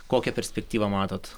kokią perspektyvą matot